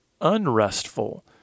unrestful